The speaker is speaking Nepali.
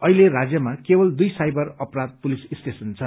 अहिले राज्यमा केवल दुइ साइबर अपराध स्टेशन छन्